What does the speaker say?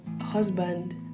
husband